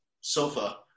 sofa